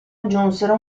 aggiunsero